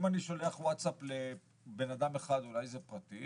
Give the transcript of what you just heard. אם אני שולח ווטסאפ לבן אדם אולי זה פרטי,